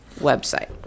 website